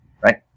right